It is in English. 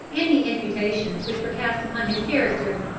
and the imputations which were cast upon his character,